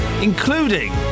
including